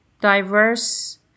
Diverse